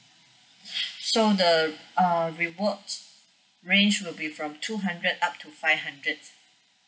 so the err reward range will be from two hundred up to five hundred